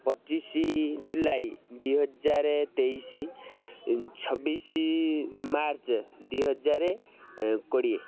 ପଚିଶି ଜୁଲାଇ ଦିହଜାର ତେଇଶି ଛବିଶି ମାର୍ଚ୍ଚ ଦିହଜାର କୋଡ଼ିଏ